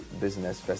Business